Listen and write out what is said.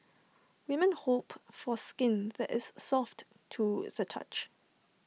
women hope for skin that is soft to the touch